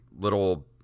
little